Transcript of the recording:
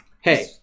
hey